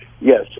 yes